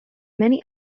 many